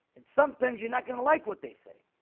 and sometimes you're not gonna like what they say,